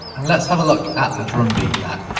and let's have a look at the drum beat now.